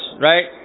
right